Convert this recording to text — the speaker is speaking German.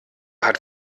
hat